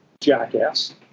jackass